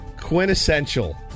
quintessential